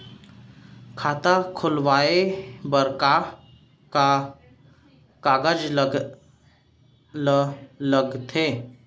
खाता खोलवाये बर का का कागज ल लगथे?